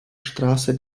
straße